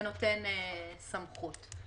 ונותן סמכות.